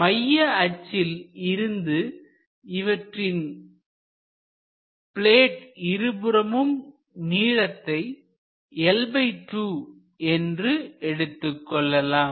மைய அச்சில் இருந்து இவற்றின் பிளேட் இருபுறமும் நீளத்தை என்று எடுத்துக்கொள்ளலாம்